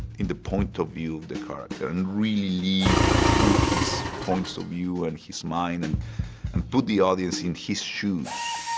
in the point of view of the character, and really live through his points of view and his mind and and put the audience in his shoes.